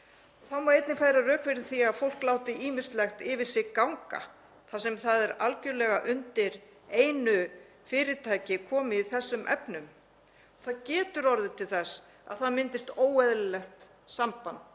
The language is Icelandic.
Þá má einnig færa rök fyrir því að fólk láti ýmislegt yfir sig ganga þar sem það er algerlega undir einu fyrirtæki komið í þessum efnum. Það getur orðið til þess að það myndist óeðlilegt samband